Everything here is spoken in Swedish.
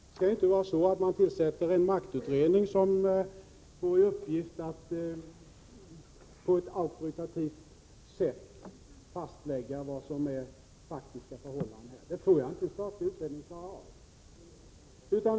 Det skall inte vara så att man tillsätter en maktutredning som får i uppgift att på ett auktoritativt sätt fastlägga vad som är de faktiska förhållandena här — det tror jag inte en statlig utredning klarar av.